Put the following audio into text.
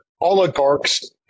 oligarchs